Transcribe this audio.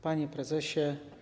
Panie Prezesie!